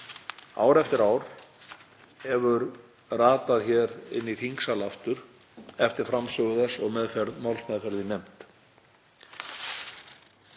ár eftir ár, hefur ratað hér inn í þingsal aftur eftir framsögu þess og málsmeðferð í nefnd